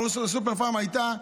אבל רשת סופר-פארם הייתה,